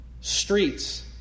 Streets